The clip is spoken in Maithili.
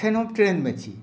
अखन हम ट्रैन मे छी